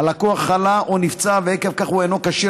הלקוח חלה או נפצע ועקב כך הוא אינו כשיר